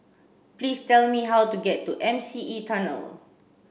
please tell me how to get to M C E Tunnel